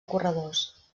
corredors